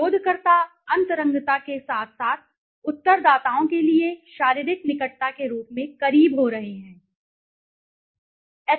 शोधकर्ता अंतरंगता के साथ साथ उत्तरदाताओं के लिए शारीरिक निकटता के रूप में करीब हो रहे हैं